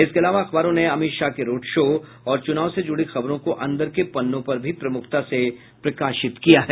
इसके अलावा अखबारों ने अमित शाह के रोड शो और चुनाव से जुड़ी खबरों को अंदर के पन्नों पर भी प्रमुखता से प्रकाशित किया है